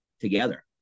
together